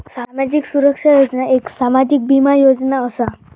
सामाजिक सुरक्षा योजना एक सामाजिक बीमा योजना असा